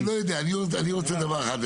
אני לא יודע, אני רוצה דבר אחד.